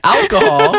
Alcohol